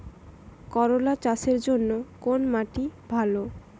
করলা চাষের জন্য কোন মাটি ভালো?